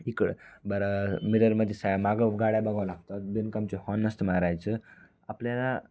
इकडं बरं मिररमध्ये सा मागे गाड्या बघावं लागतं बिनकामाचे हॉर्न नसतात मारायचं आपल्याला